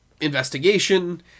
Investigation